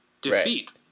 defeat